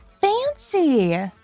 Fancy